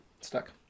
Stuck